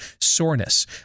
soreness